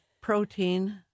protein